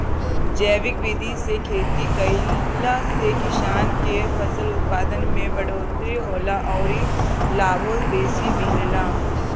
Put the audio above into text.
जैविक विधि से खेती कईला से किसान के फसल उत्पादन में बढ़ोतरी होला अउरी लाभो बेसी मिलेला